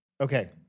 Okay